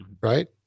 right